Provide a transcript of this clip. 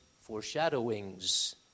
foreshadowings